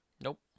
Nope